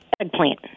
eggplant